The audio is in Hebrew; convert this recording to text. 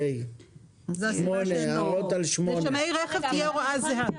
לגבי שמאי רכב תהיה הוראה זהה.